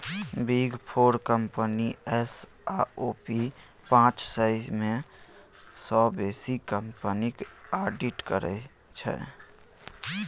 big four company S आओर P पाँच सय मे सँ बेसी कंपनीक आडिट करै छै